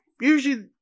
usually